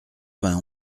vingt